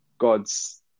gods